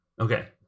okay